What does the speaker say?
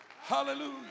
Hallelujah